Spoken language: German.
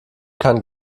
kann